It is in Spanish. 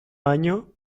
año